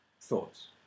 thoughts